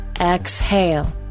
Exhale